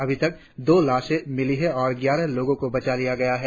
अभी तक दो लाशें मिली है और ग्यारह लोगों को बचा लिया गया है